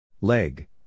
Leg